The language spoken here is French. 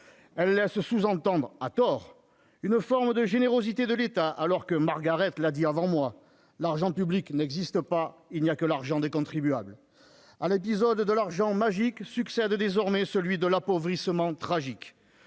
a laissé sous-entendre, à tort, une forme de générosité de l'État, alors que, Margaret l'a dit avant moi :« L'argent public n'existe pas ; il n'y a que l'argent des contribuables. » À l'épisode de l'argent magique succède désormais celui de l'appauvrissement tragique.